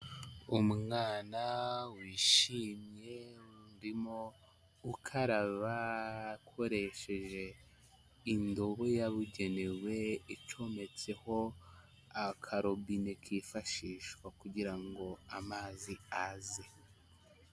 Umwana wishimye urimo gukaraba akoresheje indobo yabugenewe, icometseho akarobine kifashishwa kugira ngo amazi aze.